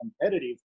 competitive